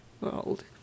world